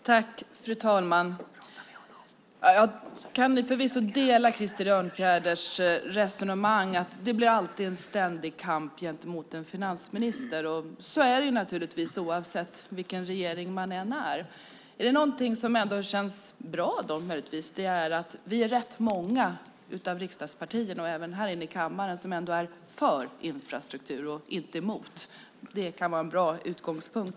Fru talman! Jag kan förvisso instämma i Krister Örnfjäders resonemang att det alltid blir en ständig kamp gentemot en finansminister. Så är det naturligtvis, oavsett regering. Det som ändå känns bra är att det är rätt många riksdagspartier som är för infrastruktur, inte emot. Det kan vara en bra utgångspunkt.